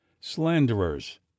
Slanderers